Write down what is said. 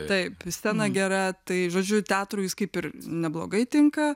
taip sena gera tai žodžiu teatrui jis kaip ir neblogai tinka